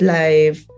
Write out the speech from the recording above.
life